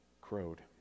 crowed